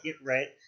right